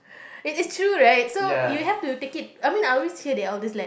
it is true right so you have to take it I mean I always hear the elders like